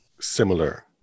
similar